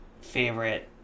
favorite